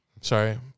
Sorry